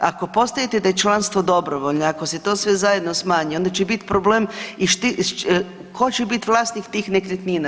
Ako postajete da je članstvo dobrovoljno, ako se sve to zajedno smanji onda će biti problem i tko će biti vlasnik tih nekretnina.